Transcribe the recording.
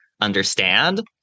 understand